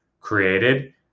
created